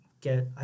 get